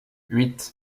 huit